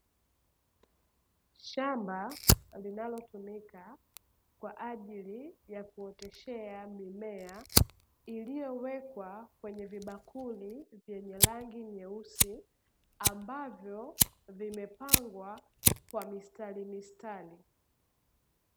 Shamba linalotumika kwa ajili ya kuoteshea mimea, iliyowekwa kwenye vibakuli vyenye rangi nyeusi, ambavyo vimepangwa kwa mistari mistari.